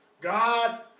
God